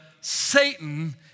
Satan